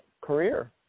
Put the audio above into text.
career